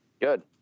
Good